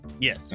Yes